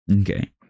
Okay